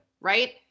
right